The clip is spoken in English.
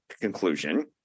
conclusion